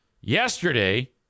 Yesterday